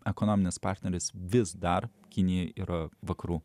ekonominis partneris vis dar kinija yra vakarų